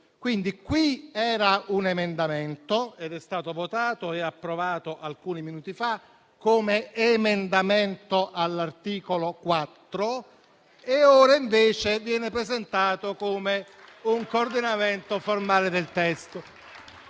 Quindi qui era un emendamento, che è stato votato e approvato alcuni minuti fa come emendamento all'articolo 4. Ora invece viene presentato come un coordinamento formale del testo.